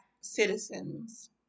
citizens